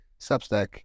Substack